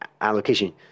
allocation